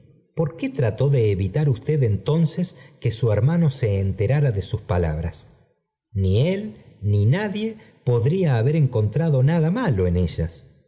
por quó trató de evitar usted entonceb que su hermano se encerara de sus palabras ni él ni nadie podría haber encontrado nada malo en ellas